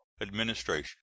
administration